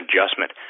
adjustment